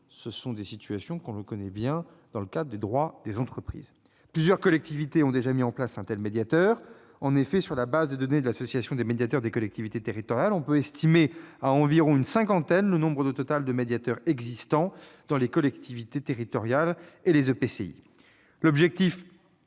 De telles pratiques sont bien connues dans le cadre du droit des entreprises. Plusieurs collectivités ont déjà mis en place un médiateur. En effet, sur le fondement des données de l'Association des médiateurs des collectivités territoriales, on peut estimer à environ une cinquantaine le nombre total de médiateurs existants dans les collectivités territoriales et les EPCI.